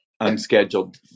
unscheduled